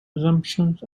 assumptions